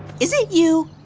is it you?